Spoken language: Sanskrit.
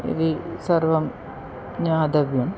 इति सर्वं ज्ञातव्यम्